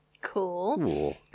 Cool